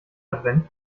advent